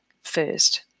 first